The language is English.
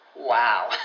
Wow